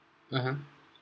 (uh huh)